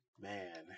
Man